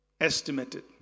estimated